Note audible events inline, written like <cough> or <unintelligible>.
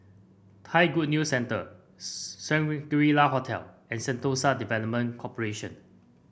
Thai Good News Centre <unintelligible> Shangri La Hotel and Sentosa Development Corporation